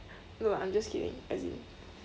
no I'm just kidding as in